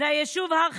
זה היישוב הר חמד.